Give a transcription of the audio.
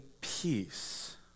peace